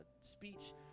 speech